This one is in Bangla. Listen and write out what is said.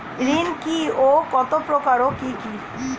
ঋণ কি ও কত প্রকার ও কি কি?